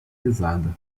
pesada